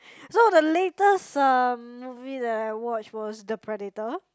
so the latest um movie that I watched was the Predator